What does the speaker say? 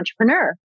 entrepreneur